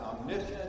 omniscient